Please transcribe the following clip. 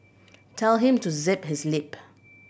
tell him to zip his lip